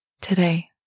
today